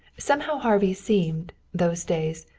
somehow harvey seemed, those days,